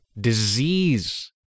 disease